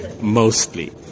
mostly